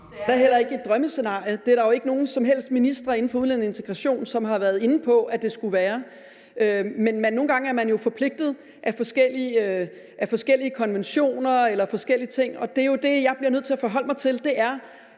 Det er da heller ikke et drømmescenarie. Det er der jo ikke nogen som helst ministre inden for udlændinge- eller integrationsområdet som har været inde på at det skulle være. Men nogle gange er man jo forpligtet af forskellige konventioner eller forskellige ting, og det er det, jeg bliver nødt til at forholde mig til.